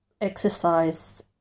exercise